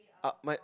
uh my